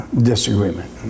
disagreement